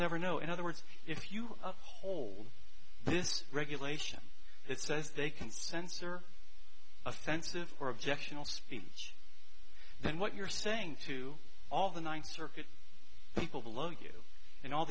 never know in other words if you up the whole this regulation that says they can censor offensive or objectional speech then what you're saying to all the ninth circuit people below you and all